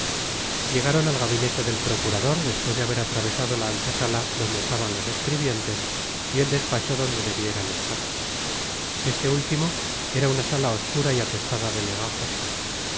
llegaron al gabinete del procurador despues de haber atravesado la antesala donde estaban los escribientes y el despacho donde debieran estar este último era una sala oscura y atestada de legajos